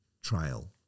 trial